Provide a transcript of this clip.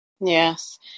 Yes